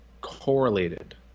correlated